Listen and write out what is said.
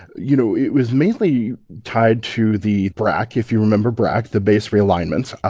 you know, it was mainly tied to the brac, if you remember brac, the base realignments.